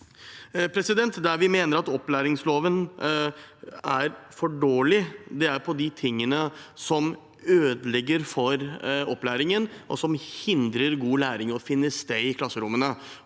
gjeldende. Der vi mener at opplæringsloven er for dårlig, gjelder det som ødelegger for opplæringen, og som hindrer god læring i å finne sted i klasserommene.